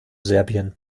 serbien